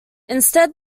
instead